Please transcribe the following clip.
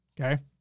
Okay